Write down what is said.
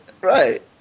Right